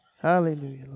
Hallelujah